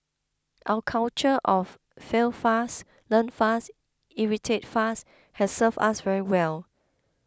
our culture of fail fast learn fast iterate faster has served us very well